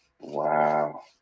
Wow